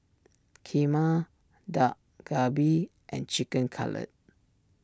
Kheema Dak Galbi and Chicken Cutlet